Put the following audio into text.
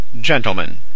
Gentlemen